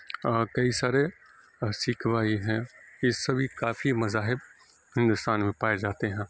اور کئی سارے سکھ بھائی ہیں یہ سبھی کافی مذاہب ہندوستان میں پائے جاتے ہیں